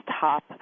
top